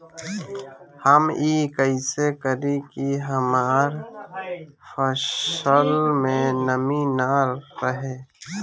हम ई कइसे करी की हमार फसल में नमी ना रहे?